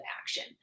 action